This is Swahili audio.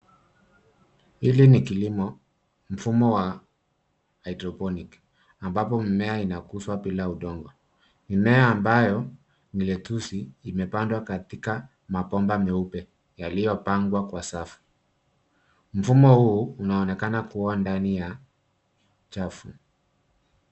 Hili ni kilimo mfumo wa hydroponic ambapo mmea unakuzwa bila udongo. Mimea ambayo ni letusi imepandwa katika mabomba meupe yaliyopangwa kwa safu. Mfumo huu unaonekana kuwa ndani ya chafu.